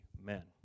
amen